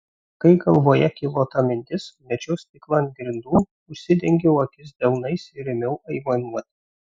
kai galvoje kilo ta mintis mečiau stiklą ant grindų užsidengiau akis delnais ir ėmiau aimanuoti